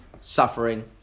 suffering